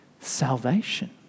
salvation